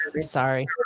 Sorry